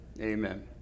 Amen